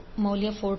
ಮೌಲ್ಯ 4t 4rad 229